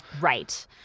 right